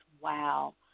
wow